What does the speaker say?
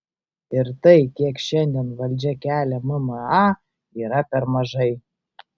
ir tai kiek šiandien valdžia kelia mma yra per mažai